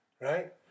Right